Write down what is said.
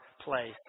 place